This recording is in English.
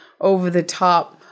over-the-top